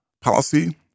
policy